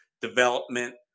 development